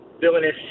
villainous